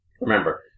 Remember